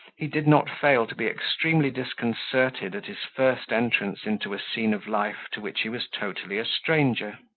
he did not fail to be extremely disconcerted at his first entrance into a scene of life to which he was totally a stranger.